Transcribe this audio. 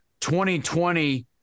2020